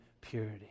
purity